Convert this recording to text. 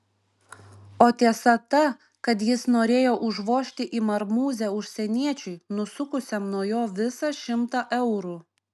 o tiesa ta kad jis norėjo užvožti į marmūzę užsieniečiui nusukusiam nuo jo visą šimtą eurų